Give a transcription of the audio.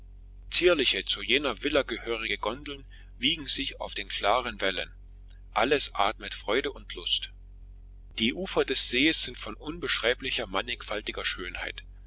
zierliche zu jener villa gehörige gondeln wiegen sich auf den klaren wellen alles atmet freude und lust die ufer des sees sind von unbeschreiblicher mannigfaltiger schönheit